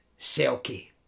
Selkie